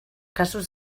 casos